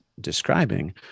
describing